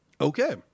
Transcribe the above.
okay